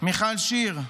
מיכל שיר.